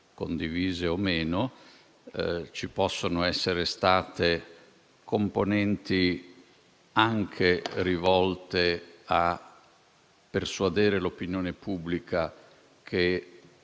condivise o no; ci possono essere state componenti anche rivolte a persuadere l'opinione pubblica che